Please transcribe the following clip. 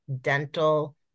dental